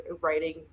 writing